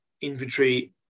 inventory